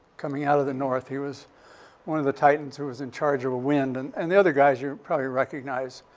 coming out of the north. he was one of the titans who was in charge of wind. and and the other guys, you probably recognize.